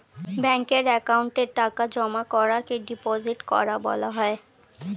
ব্যাঙ্কের অ্যাকাউন্টে টাকা জমা করাকে ডিপোজিট করা বলা হয়